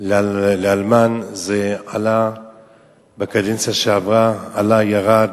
לאלמן עלתה בקדנציה שעברה, עלתה, ירדה,